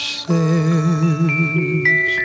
says